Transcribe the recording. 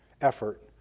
effort